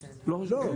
לא,